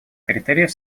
критериев